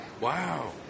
Wow